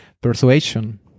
persuasion